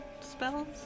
spells